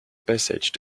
passage